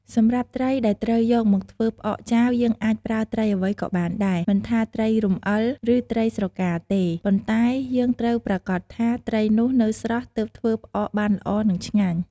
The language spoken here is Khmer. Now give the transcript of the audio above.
សម្រាប់ត្រីដែលត្រូវយកមកធ្វើផ្អកចាវ យើងអាចប្រើត្រីអ្វីក៏បានដែរ មិនថាត្រីរំអិល ឬ ត្រីស្រកាទេ ប៉ុន្តែ យើងត្រូវប្រាកដថា ត្រីនោះនៅស្រស់ ទើបធ្វើផ្អកបានល្អ និងឆ្ងាញ់។